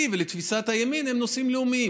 ולתפיסת הימין הם נושאים לאומיים.